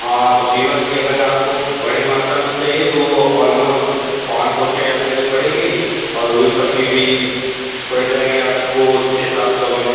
हाँ तो फीवर की अगर आपको बड़े मात्रा में चाहिए तो ऑल्मोस्ट पाँच सौ के ऐव्रिज भी बढ़ेगी और हुई पट्टी भी पड़ जाएगी आपको छः सात सौ में